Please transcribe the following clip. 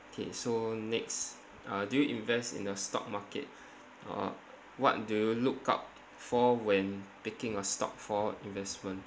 K so next uh do you invest in the stock market uh what do you look out for when picking a stock for investment